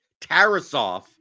Tarasov